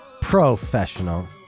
professional